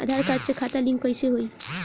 आधार card से खाता link कईसे होई?